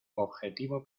objetivo